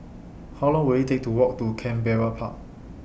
How Long Will IT Take to Walk to Canberra Park